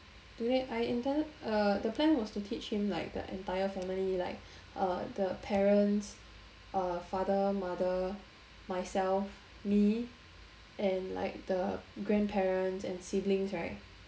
today I intended uh the plan was to teach him like the entire family like uh the parents uh father mother myself me and like the grandparents and siblings right